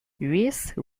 reese